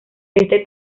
este